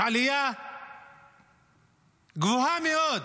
יש עלייה גבוהה מאוד